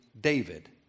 David